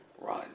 run